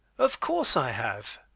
of course i have.